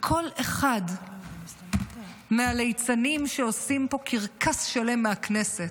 וכל אחד מהליצנים שעושים פה קרקס שלם מהכנסת,